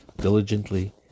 diligently